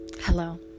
hello